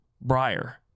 briar